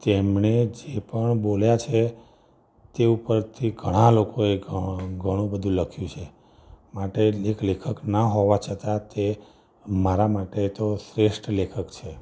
જેમણે જે પણ બોલ્યા છે તે ઉપરથી ઘણા લોકોએ ઘ ઘણું બધું લખ્યું છે માટે લેખ લેખક ના હોવા છતાં તે મારા માટે તો શ્રેષ્ઠ લેખક છે